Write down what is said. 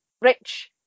rich